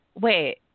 wait